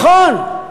נכון,